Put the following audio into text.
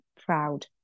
proud